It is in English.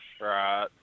Right